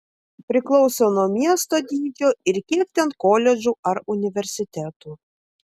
priklauso nuo miesto dydžio ir kiek ten koledžų ar universitetų